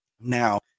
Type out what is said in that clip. Now